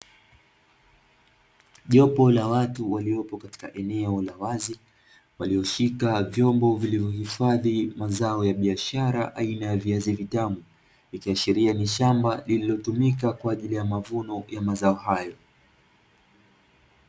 Jopo la watu waliopo katika eneo la wazi walioshika vyombo vilivyo hifadhi mazao ya biashara aina ya viazi vitamu, ikiashiria ni shamba lililotumika kwa ajili ya mavuno ya mazao hayo.